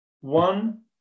one